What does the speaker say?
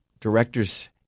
Directors